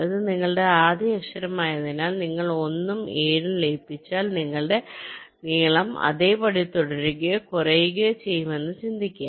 ഇത് നിങ്ങളുടെ ആദ്യക്ഷരമായതിനാൽ നിങ്ങൾ 1 ഉം 7 ഉം ലയിപ്പിച്ചാൽ നിങ്ങളുടെ നീളം അതേപടി തുടരുകയോ കുറയുകയോ ചെയ്യുമെന്ന് ചിന്തിക്കുക